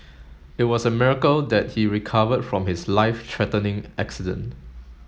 it was a miracle that he recovered from his life threatening accident